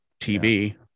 TV